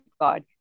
God